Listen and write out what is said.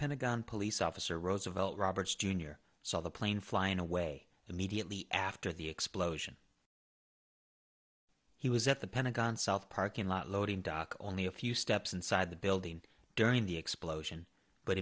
pentagon police officer roosevelt roberts jr saw the plane flying away immediately after the explosion he was at the pentagon south parking lot loading dock only a few steps inside the building during the explosion